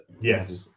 Yes